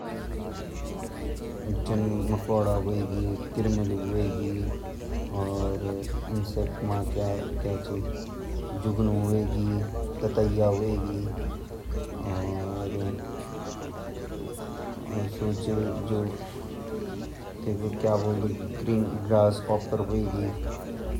मोडू, किरमूला, चिम्मड़, अर मधुमक्खी, मक्खी, ऊते माखा ब्वल्दा मख्येलु।